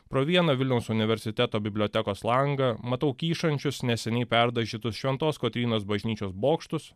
pro vieną vilniaus universiteto bibliotekos langą matau kyšančius neseniai perdažytus šventos kotrynos bažnyčios bokštus